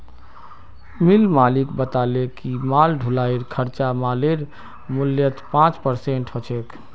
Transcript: मिल मालिक बताले कि माल ढुलाईर खर्चा मालेर मूल्यत पाँच परसेंट ह छेक